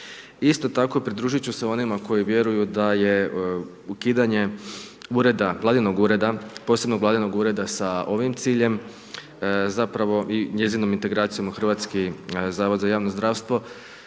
Isto tako pridružiti ću se onima koji vjeruju da je ukidanje ureda, vladinog ureda, posebno vladinog ureda sa ovim ciljem, zapravo i njezinom integracijom u Hrvatski zavod za javno zdravstvo,